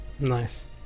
nice